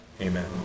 Amen